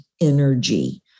energy